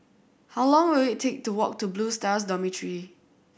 how long will it take to walk to Blue Stars Dormitory